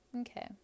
Okay